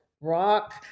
rock